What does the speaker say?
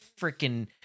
freaking